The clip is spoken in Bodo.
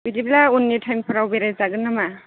बिदिब्ला उननि टाइमफोराव बेरायजागोन नामा